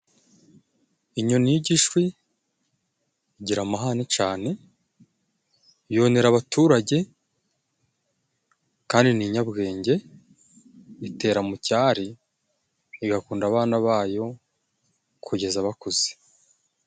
Inyoni y'igishwi igira amahane cane. Yonera abaturage kandi ni inyabwenge. Itera mu cyari, igakunda abana bayo, kugeza bakuze.